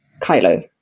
Kylo